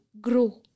grow